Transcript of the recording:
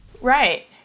Right